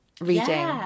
reading